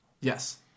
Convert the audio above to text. Yes